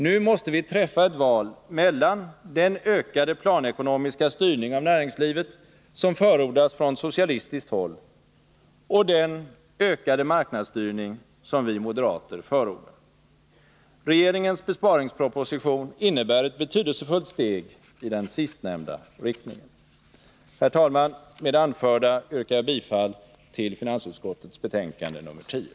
Nu måste vi träffa ett val mellan den ökade planekonomiska styrning av näringslivet som förordas från socialistiskt håll och den ökade marknadsstyrning som vi moderater förordar. Regeringens besparingsproposition innebär ett betydelsefullt steg i den sistnämnda riktningen. Herr talman! Med det anförda yrkar jag bifall till utskottets hemställan i finansutskottets betänkande nr 10.